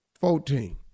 Fourteen